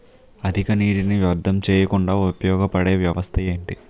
అధిక నీటినీ వ్యర్థం చేయకుండా ఉపయోగ పడే వ్యవస్థ ఏంటి